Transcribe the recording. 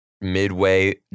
midway